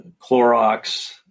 Clorox